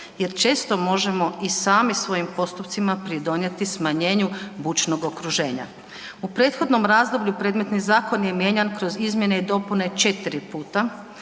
jer često možemo i sami svojim postupcima pridonijeti smanjenju bučnog okruženja. U prethodnom razdoblju predmetni zakon je mijenjan kroz izmjene i dopune četiri puta